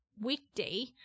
weekday